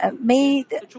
made